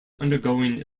undergoing